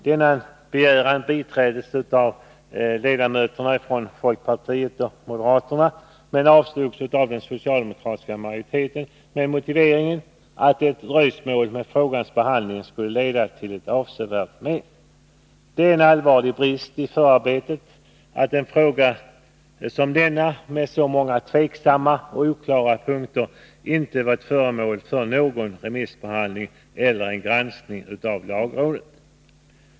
Denna begäran biträddes av ledamöterna från folkpartiet och moderata samlingspartiet, men avstyrktes av den socialdemokratiska majoriteten med motiveringen att ett dröjsmål när det gäller frågans behandling skulle leda till avsevärt men. Det är en allvarlig brist i förarbetet att en fråga som denna med så många tveksamma och oklara punkter inte varit föremål för någon remissbehandling eller granskning av lagrådet.